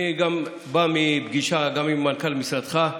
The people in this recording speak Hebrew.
אני בא מפגישה עם מנכ"ל משרדך,